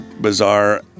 bizarre